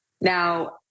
Now